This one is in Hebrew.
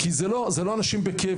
כי זה לא האנשים בקבע,